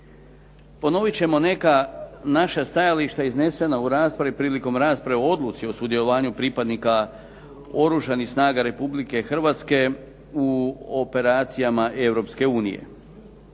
Ponovit ćemo neka naša stajališta iznesena u raspravi prilikom rasprave o Odluci o sudjelovanju pripadnika Oružanih snaga Republike Hrvatske u operacijama